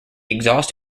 exhaust